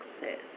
success